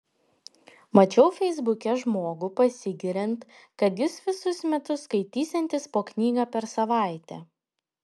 mačiau feisbuke žmogų pasigiriant kad jis visus metus skaitysiantis po knygą per savaitę